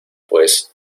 pues